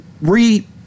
re-